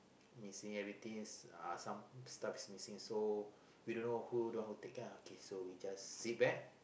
missing everything uh some stuff is missing so we don't know who don't who take lah so we just sit back